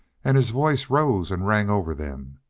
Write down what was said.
and his voice rose and rang over them.